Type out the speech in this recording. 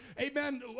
amen